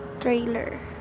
trailer